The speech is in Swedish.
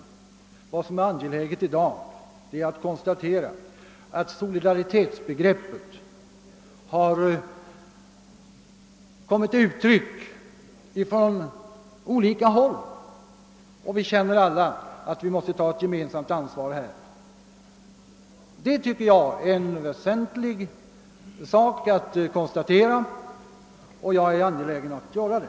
Men vad som är angeläget att konstatera i dag är att solidariteten kommit till uttryck från olika håll och att vi alla känner att vi gemensamt måste ta ansvar på detta område. Det tycker jag är väsentligt att konstatera, och jag är angelägen att göra det.